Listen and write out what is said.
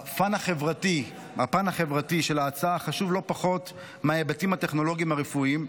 הפן החברתי של ההצעה חשוב לא פחות מההיבטים הטכנולוגיים הרפואיים.